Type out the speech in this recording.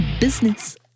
business